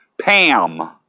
Pam